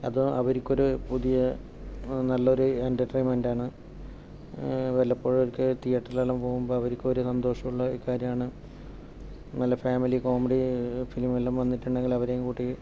അത് അവർക്ക് ഒരു പുതിയ നല്ല ഒരു എന്റർടൈൻമെന്റാണ് വല്ലപ്പോഴും ഒരിക്കൽ തിയേറ്ററിലെല്ലാം പോകുമ്പോൾ അവർക്ക് ഒരു സന്തോഷം ഉള്ള കാര്യം ആണ് നല്ല ഫാമിലി കോമഡി ഫിലിം വല്ലതും വന്നിട്ടുണ്ടെങ്കിൽ അവരെയും കൂട്ടി